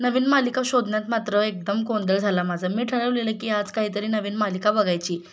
नवीन मालिका शोधण्यात मात्र एकदम गोंधळ झाला माझा मी ठरवलेलं की आज काहीतरी नवीन मालिका बघायची